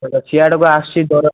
ଗୋଟେ ସିଆଡ଼ୁ ବା ଆସୁଛି ଦର